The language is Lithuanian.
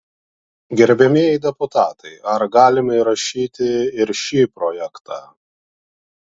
gerbiamieji deputatai ar galime įrašyti ir šį projektą